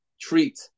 treat